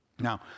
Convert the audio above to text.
Now